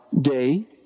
day